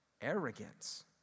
Arrogance